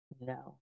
No